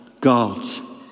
God